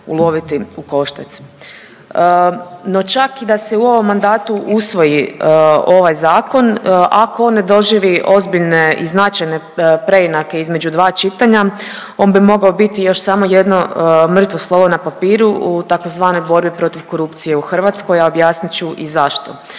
uloviti u koštac. No, čak i da se u ovom mandatu usvoji ovaj zakon ako on ne doživi ozbiljne i značajne preinake između dva čitanja on bi mogao biti još samo jedno mrtvo slovo na papiru u tzv. borbi protiv korupcije u Hrvatskoj, a objasnit ću i zašto.